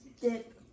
Dip